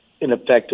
ineffective